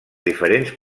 diferents